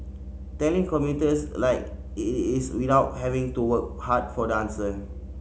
telling commuters like it is without having to work hard for the answer